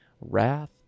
wrath